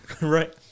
right